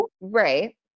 right